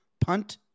punt